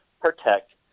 protect